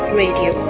radio